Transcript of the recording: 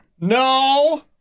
no